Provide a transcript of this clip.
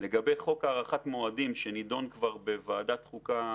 לגבי חוק הארכת מועדים שנדון כבר בוועדת חוקה,